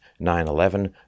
9-11